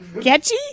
catchy